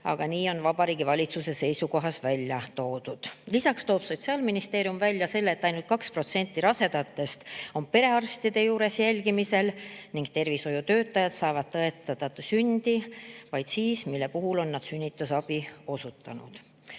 aga nii on Vabariigi Valitsuse seisukohas välja toodud. Lisaks toob Sotsiaalministeerium välja selle, et ainult 2% rasedatest on perearstide juures jälgimisel ning et tervishoiutöötajad saavad tõestada sündi vaid siis, kui nad on sünnitusabi osutanud.